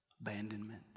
abandonment